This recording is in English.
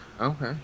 Okay